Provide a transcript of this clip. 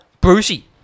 Brucey